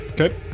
Okay